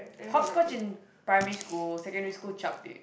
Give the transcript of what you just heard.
hopscotch in primary school secondary school Chapteh